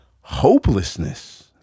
hopelessness